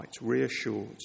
reassured